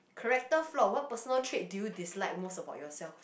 character flaw what personal trait do you dislike most about yourself